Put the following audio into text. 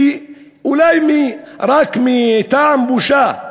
כי אולי רק מטעם הבושה,